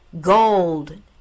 Gold